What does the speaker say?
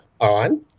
on